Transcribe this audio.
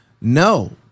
no